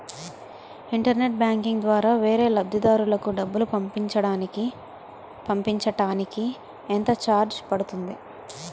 Internet banking ద్వారా వేరే లబ్ధిదారులకు డబ్బులు పంపించటానికి ఎంత ఛార్జ్ పడుతుంది?